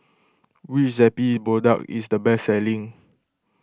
which Zappy product is the best selling